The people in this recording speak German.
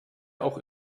auch